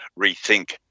rethink